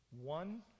one